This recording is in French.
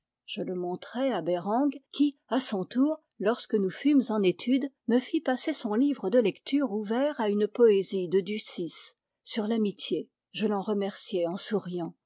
je le montrai à bereng qui à son tour lorsque nous fûmes en étude me fit passer son livre de lecture ouvert à une poésie de ducis sur l'amitié je l'en remerciai en souriant